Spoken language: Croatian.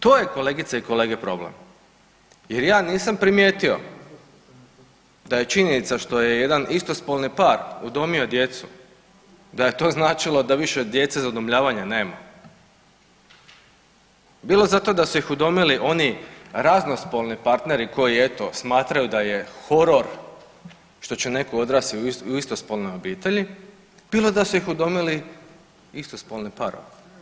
To je kolegice i kolege problem jer ja nisam primijetio da je činjenica što je jedan istospolni par udomio djecu, da je to značilo da više djece za udomljavanje nema bilo zato da su ih udomili oni raznospolni partneri koji eto smatraju da je horor što će netko odrasti u istospolnoj obitelji bilo da su ih udomili istospolni parovi.